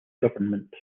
government